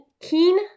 Keen